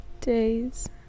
days